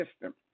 system